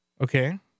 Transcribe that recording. Okay